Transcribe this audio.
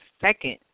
second